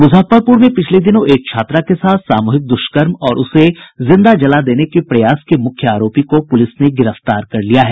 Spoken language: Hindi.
मुजफ्फरपुर में पिछले दिनों एक छात्रा के साथ सामूहिक दुष्कर्म और उसे जिंदा जला देने के प्रयास के मुख्य आरोपी को पुलिस ने गिरफ्तार कर लिया है